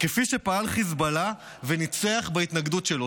כפי שפעל חיזבאללה וניצח בהתנגדות שלו".